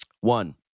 One